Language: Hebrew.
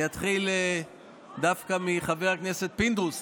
אני חושב שאני אתחיל דווקא מחבר הכנסת פינדרוס,